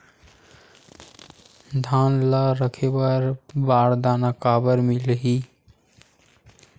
धान ल रखे बर बारदाना काबर मिलही?